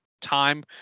time